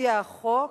מציע החוק,